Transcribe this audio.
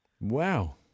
Wow